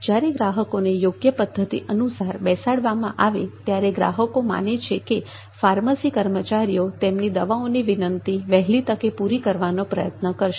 જ્યારે ગ્રાહકોને યોગ્ય પદ્ધતિ અનુસાર બેસાડવામાં આવે ત્યારે ગ્રાહકો માને છે કે ફાર્મસી કર્મચારીઓ તેમની દવાઓની વિનંતી વહેલી તકે પૂરી કરવાનો પ્રયત્ન કરશે